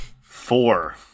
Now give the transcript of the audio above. Four